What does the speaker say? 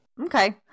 Okay